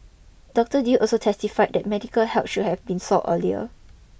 Doctor Yew also testified that medical help should have been sought earlier